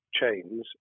chains